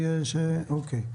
אוקיי.